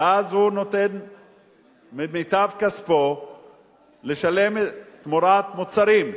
ואז הוא נותן ממיטב כספו לשלם תמורת המוצרים,